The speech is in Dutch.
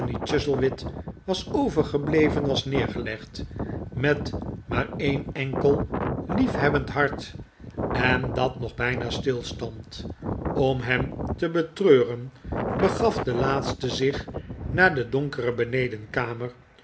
chuzzlewit was overgebleven was neergelegd met maar een enkel liefhebbend hart en dat nog bijna stilstond om hem te betreuren begaf de laatste zich naar de donkere